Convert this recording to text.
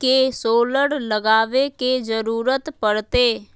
के सोलर लगावे के जरूरत पड़ते?